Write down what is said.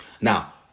Now